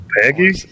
Peggy